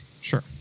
Sure